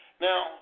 Now